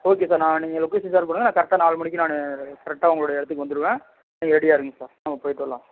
okay sir நான் நீங்கள் location share பண்ணுங்கள் நான் கரெக்டாக நாலு மணிக்கு நான் கரெக்டாக உங்களுடைய இடத்துக்கு வந்துடுவேன் நீங்கள் ரெடியாக இருங்கள் சார் நம்ம போய்விட்டு வரலாம்